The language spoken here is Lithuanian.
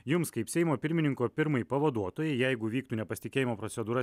jums kaip seimo pirmininko pirmai pavaduotojai jeigu vyktų nepasitikėjimo procedūra